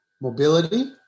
mobility